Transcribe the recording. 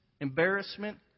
embarrassment